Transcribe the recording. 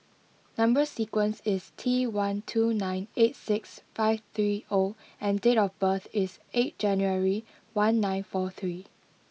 number sequence is T one two nine eight six five three O and date of birth is eight January one nine four three